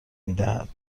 میدهد